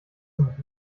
zum